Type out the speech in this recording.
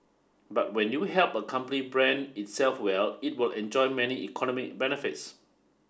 but when you help a company brand itself well it will enjoy many economic benefits